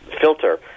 filter